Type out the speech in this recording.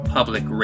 Public